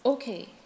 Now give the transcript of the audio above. Okay